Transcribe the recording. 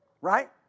Right